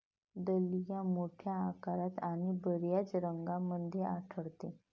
dahlia मोठ्या आकारात आणि बर्याच रंगांमध्ये आढळते